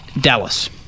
Dallas